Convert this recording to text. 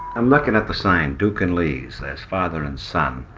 i'm looking at the sign duke and lee's. that's father and son.